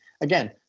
Again